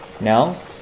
Now